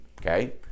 okay